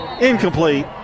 incomplete